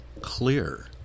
clear